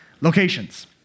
locations